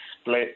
split